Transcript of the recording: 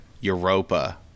Europa